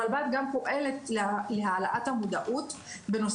הרלב"ד גם פועלת להעלאת המודעות בנושא